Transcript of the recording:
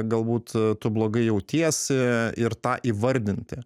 galbūt tu blogai jautiesi ir tą įvardinti